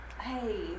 hey